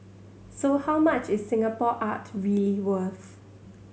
so how much is Singapore art really worth